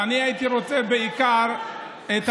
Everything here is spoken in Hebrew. אני הייתי רוצה בעיקר את הקשב,